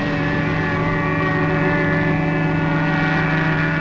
and